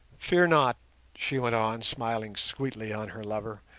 fear not she went on, smiling sweetly on her lover,